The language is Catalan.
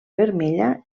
vermella